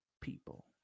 people